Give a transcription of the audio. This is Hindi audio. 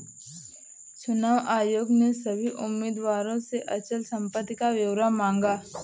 चुनाव आयोग ने सभी उम्मीदवारों से अचल संपत्ति का ब्यौरा मांगा